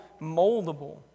moldable